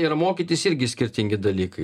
ir mokytis irgi skirtingi dalykai